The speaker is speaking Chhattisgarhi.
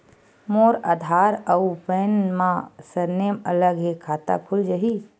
मोर आधार आऊ पैन मा सरनेम अलग हे खाता खुल जहीं?